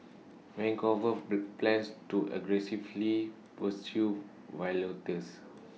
Vancouver plans to aggressively pursue violators